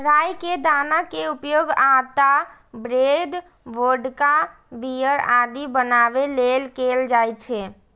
राइ के दाना के उपयोग आटा, ब्रेड, वोदका, बीयर आदि बनाबै लेल कैल जाइ छै